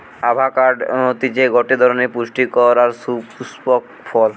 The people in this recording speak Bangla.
আভাকাড হতিছে গটে ধরণের পুস্টিকর আর সুপুস্পক ফল